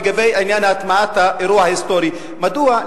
לגבי עניין הטמעת האירוע ההיסטורי: מדוע,